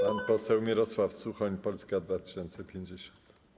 Pan poseł Mirosław Suchoń, Polska 2050.